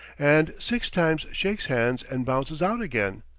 and six times shakes hands and bounces out again.